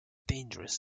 dangerous